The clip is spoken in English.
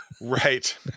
right